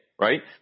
right